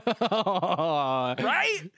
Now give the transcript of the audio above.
Right